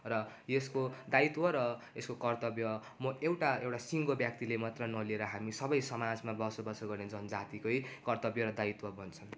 र यसको दायित्व र यसको कर्त्तव्य म एउटा एउटा सिङ्गो व्यक्तिले मात्र नलिएर हामी सबै समाजमा बसोबासो गर्ने जनजातिकै कर्त्तव्य र दायित्व बन्छ